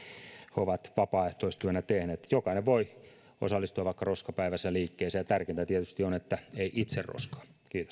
he ovat vapaaehtoistyönä tehneet jokainen voi osallistua vaikka roska päivässä liikkeeseen ja tärkeintä tietysti on että ei itse roskaa